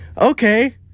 Okay